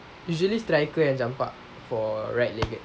usually striker and jumper for right leg